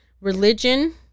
Religion